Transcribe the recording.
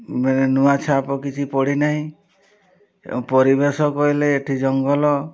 ମାନେ ନୂଆ ଛାପ କିଛି ପଡ଼ିନାହିଁ ଏବଂ ପରିବେଶ କହିଲେ ଏଠି ଜଙ୍ଗଲ